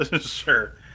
Sure